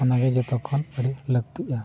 ᱚᱱᱟᱜᱮ ᱡᱷᱚᱛᱚ ᱠᱷᱚᱱ ᱟᱹᱰᱤ ᱞᱟᱹᱠᱛᱤᱜᱼᱟ